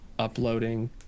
Uploading